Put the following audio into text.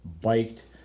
biked